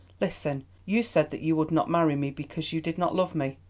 listen. you said that you would not marry me because you did not love me.